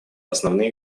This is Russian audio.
основные